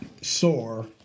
sore